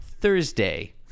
Thursday